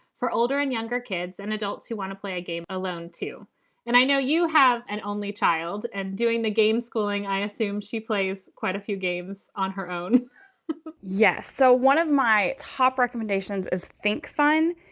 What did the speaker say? for older and younger kids and adults who want to play a game alone, too and i know you have an only child and doing the game schooling. i assume she plays quite a few games on her own yes. so one of my top recommendations is think fine.